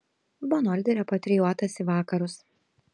bonoldi repatrijuotas į vakarus